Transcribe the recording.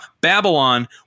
Babylon